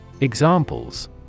Examples